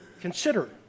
Consider